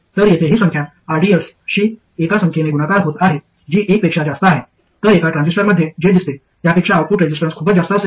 तर येथे ही संख्या rds शी एका संख्येने गुणाकार होत आहे जी एक पेक्षा जास्त आहे तर एका ट्रांझिस्टरमध्ये जे दिसते त्यापेक्षा आउटपुट रेझिस्टन्स खूपच जास्त असेल